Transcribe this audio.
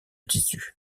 tissu